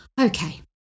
Okay